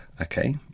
Okay